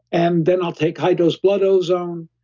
and then i'll take high dose blood ozone.